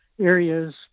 areas